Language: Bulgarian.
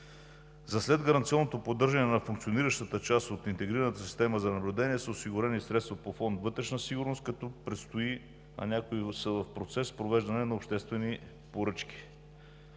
За следгаранционното поддържане на функциониращата част от интегрираната система за наблюдение са осигурени средства по Фонд „Вътрешна сигурност“, като предстои, а някои са в процес на провеждане на обществени поръчки.